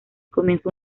comienza